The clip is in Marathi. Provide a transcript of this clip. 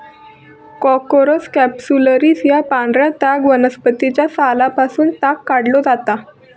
कॉर्कोरस कॅप्सुलरिस या पांढऱ्या ताग वनस्पतीच्या सालापासून ताग काढलो जाता